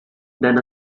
than